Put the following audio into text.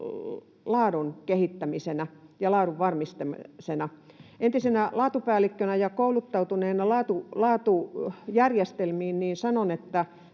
laadun kehittämisellä ja laadun varmistamisella. Entisenä laatupäällikkönä ja laatujärjestelmiin